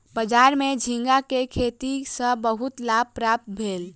बजार में झींगा के खेती सॅ बहुत लाभ प्राप्त भेल